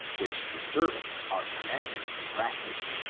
which the servants are conunanded to practice,